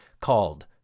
called